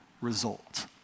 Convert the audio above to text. result